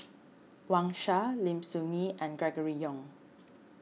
Wang Sha Lim Soo Ngee and Gregory Yong